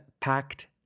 packed